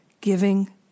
giving